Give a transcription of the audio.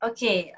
Okay